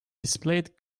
displayed